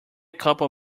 couple